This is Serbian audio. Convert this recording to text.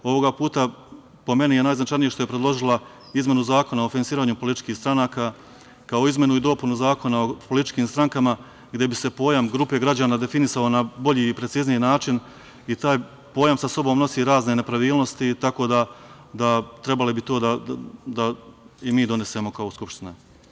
Ovoga puta po meni je najznačajnije što je predložila izmenu Zakona o finansiranju političkih stranaka, kao i izmenu i dopunu Zakona o političkim strankama gde bi se pojam grupe građana definisao na bolji i precizniji način i taj pojam sa sobom nosi razne nepravilnosti tako da bi trebalo to da i mi donesemo kao Skupština.